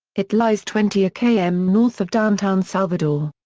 it lies twenty km north of downtown salvador.